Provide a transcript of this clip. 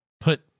put